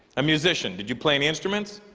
a musician did you play an instruments?